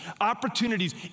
opportunities